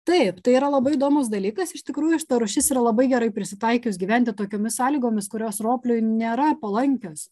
taip tai yra labai įdomus dalykas iš tikrųjų šita rūšis yra labai gerai prisitaikius gyventi tokiomis sąlygomis kurios ropliui nėra palankios